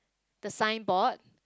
the sign board